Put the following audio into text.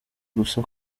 gusa